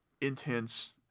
intense